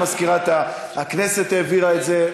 גם מזכירת הכנסת העבירה את זה.